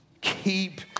keep